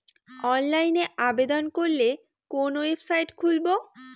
অনলাইনে আবেদন করলে কোন ওয়েবসাইট খুলব?